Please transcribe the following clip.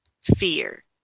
fear